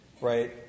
right